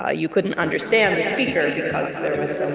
ah you couldn't understand the speaker because there was